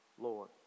Lord